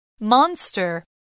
Monster